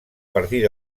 partir